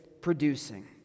producing